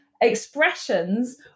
expressions